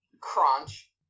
Crunch